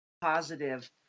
positive